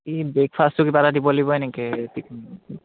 এই ব্ৰেকফাষ্টটো কিবা এটা দিব লাগিব এনেকৈ